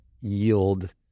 yield